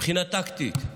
מבחינה טקטית,